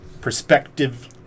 perspective